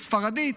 בספרדית.